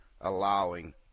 allowing